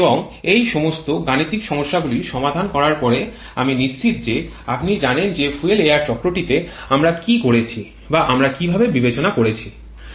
এবং এই সমস্ত গাণিতিক সমস্যাগুলি সমাধান করার পরে আমি নিশ্চিত যে আপনি জানে যে ফুয়েল এয়ার চক্রটিতে আমরা কী করছি বা আমরা কীভাবে বিবেচনা করছি